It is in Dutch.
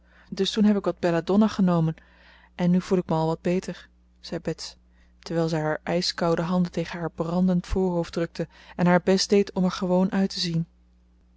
dus toen heb ik wat belladonna genomen en nu voel ik me al wat beter zei bets terwijl zij haar ijskoude handen tegen haar brandend voorhoofd drukte en haar best deed om er gewoon uit te zien